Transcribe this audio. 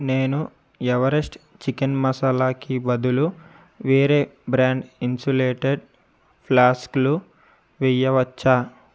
నేను Everest chicken మసాలాకి బదులు వేరే బ్రాండ్ ఇన్సులేటెడ్ ఫ్లాస్కులు వేయవచ్చా